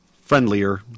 Friendlier